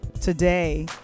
Today